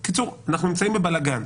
בקיצור, אנחנו נמצאים בבלגן.